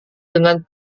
dengan